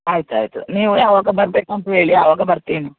ಆಯ್ತು ಆಯಿತು ನೀವು ಯಾವಾಗ ಬರ್ಬೆಕೂಂತ ಹೇಳಿ ಆವಾಗ ಬರ್ತೇನೆ